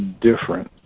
different